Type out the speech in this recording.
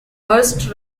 hurst